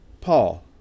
Paul